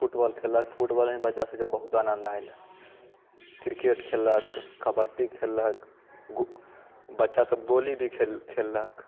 football खेललक फुटबॉलमे बच्चा सबके बहुत आनन्द आयल क्रिकेट खेललक कबड्डी खेललक गो बच्चा सब गोली भी खेललक